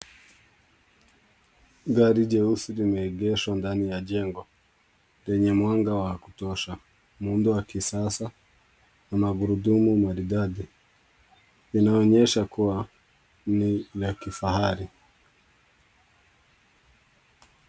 Gari jeusi limeegeshwa ndani ya jengo lenye mwanga wa kutosha. Muundo wa kisasa na magurudumu maridadi. Linaonyesha kuwa ni la kifahari.